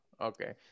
Okay